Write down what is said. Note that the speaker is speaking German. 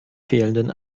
fehlenden